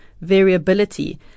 variability